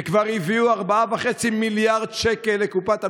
שכבר הביאו 4.5 מיליארד שקל לקופת המדינה,